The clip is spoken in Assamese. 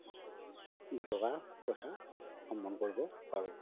দুটকা পইচা সম্বন কৰিব পাৰোঁ